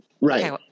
Right